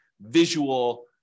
visual